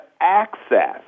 access